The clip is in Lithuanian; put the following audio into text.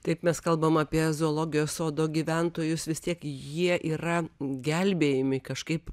taip mes kalbam apie zoologijos sodo gyventojus vis tiek jie yra gelbėjami kažkaip